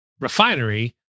refinery